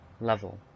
level